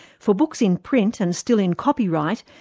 so books in print and still in copyright,